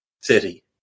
City